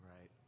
right